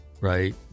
right